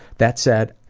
that said,